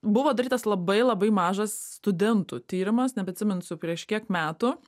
buvo darytas labai labai mažas studentų tyrimas nebeatsiminsiu prieš kiek metų